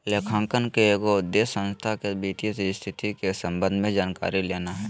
लेखांकन के एगो उद्देश्य संस्था के वित्तीय स्थिति के संबंध में जानकारी लेना हइ